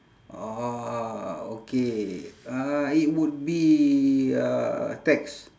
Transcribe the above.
orh okay uh it would be uh tax